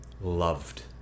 loved